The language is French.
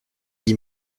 dit